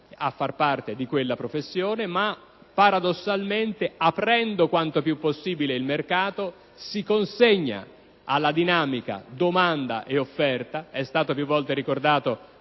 accedere a quella professione, ma paradossalmente aprendo quanto più possibile il mercato e consegnandolo alla dinamica della domanda e dell'offerta. È stato più volte ricordato